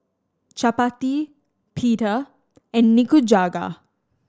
Chapati Pita and Nikujaga